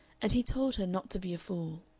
and he told her not to be a fool.